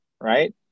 right